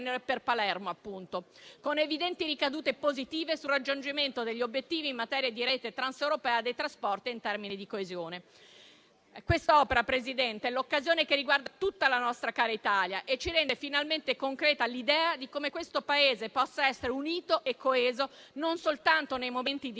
per Palermo, con evidenti ricadute positive sul raggiungimento degli obiettivi in materia di rete transeuropea dei trasporti e in termini di coesione. Quest'opera, signor Presidente, è l'occasione che riguarda tutta la nostra cara Italia e rende finalmente concreta l'idea di come il Paese possa essere unito e coeso, non soltanto nei momenti di